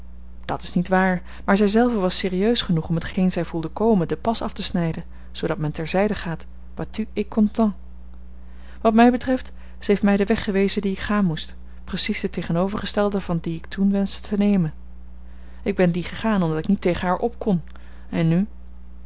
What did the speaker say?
dat is niet waar maar zij zelve was serieus genoeg om t geen zij voelde komen den pas af te snijden zoodat men ter zijde gaat battu et content wat mij betreft zij heeft mij den weg gewezen dien ik gaan moest precies den tegenovergestelden van dien ik toen wenschte te nemen ik ben dien gegaan omdat ik niet tegen haar op kon en nu